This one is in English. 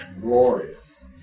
glorious